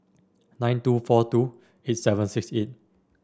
nine two four two eight seven six eight